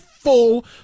full